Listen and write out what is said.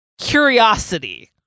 Curiosity